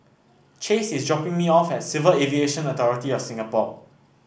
Chase is dropping me off at Civil Aviation Authority of Singapore